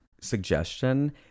suggestion